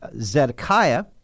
Zedekiah